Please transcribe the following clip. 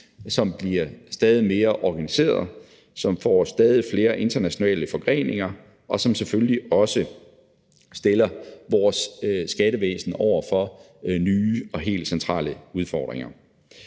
som bliver stadig mere organiseret, som får stadig flere internationale forgreninger, og som selvfølgelig også stiller vores skattevæsen over for nye og helt centrale udfordringer.